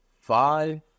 five